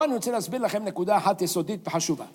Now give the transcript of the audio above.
אני רוצה להסביר לכם נקודה אחת, יסודית וחשובה.